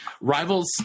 rivals